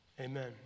amen